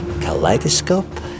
Kaleidoscope